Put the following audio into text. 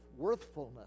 worthfulness